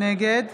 נגד